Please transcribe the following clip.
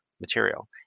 material